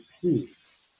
peace